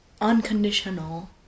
unconditional